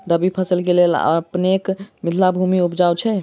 रबी फसल केँ लेल अपनेक मिथिला भूमि उपजाउ छै